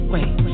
Wait